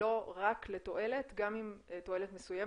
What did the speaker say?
ולא רק לתועלת, גם אם תועלת מסוימת.